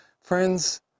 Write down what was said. Friends